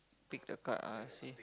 pick the card ah see